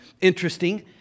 Interesting